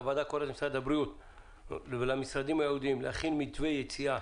הוועדה קוראת למשרד הבריאות ולמשרדים הייעודיים להכין מתווה יציאה